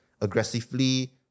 aggressively